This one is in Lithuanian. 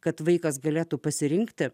kad vaikas galėtų pasirinkti